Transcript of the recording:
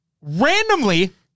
Randomly